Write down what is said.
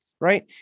Right